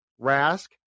Rask